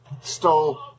stole